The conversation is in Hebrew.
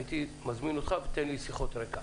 הייתי מזמין אותך שתתן לי שיחות רקע.